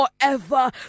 forever